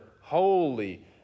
holy